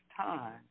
time